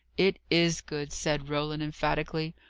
it is good, said roland emphatically.